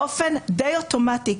באופן די אוטומטי,